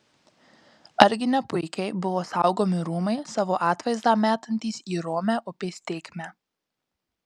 argi ne puikiai buvo saugomi rūmai savo atvaizdą metantys į romią upės tėkmę